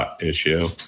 Issue